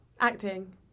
Acting